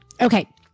Okay